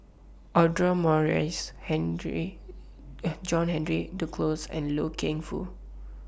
Audra Morrice John Henry Duclos and Loy Keng Foo